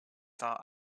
thought